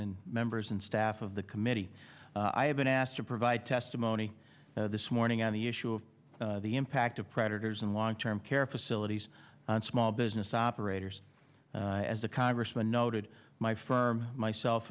and members and staff of the committee i have been asked to provide testimony this morning on the issue of the impact of predators and long term care facilities on small business operators as the congressman noted my firm myself